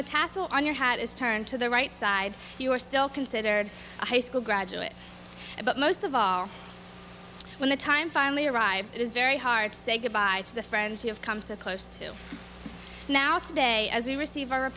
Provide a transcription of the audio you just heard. the tassel on your hat is turned to the right side you are still considered a high school graduate but most of all when the time finally arrives it is very hard to say goodbye to the friends you have come so close to now today as we receive our